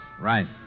Right